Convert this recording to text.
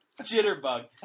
Jitterbug